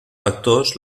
factors